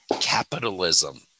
capitalism